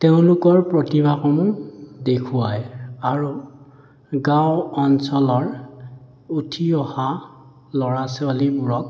তেওঁলোকৰ প্ৰতিভাসমূহ দেখুৱায় আৰু গাঁও অঞ্চলৰ উঠি অহা ল'ৰা ছোৱালীবোৰক